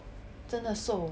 真的瘦